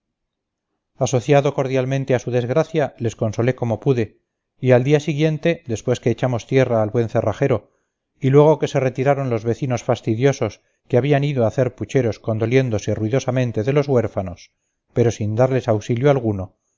asociado cordialmente a su desgracia les consolé como pude y al día siguiente después que echamos tierra al buen cerrajero y luego que se retiraron los vecinos fastidiosos que habían ido a hacer pucheros condoliéndose ruidosamente de los huérfanos pero sin darles auxilio alguno